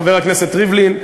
חבר הכנסת ריבלין,